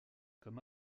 comme